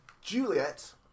Juliet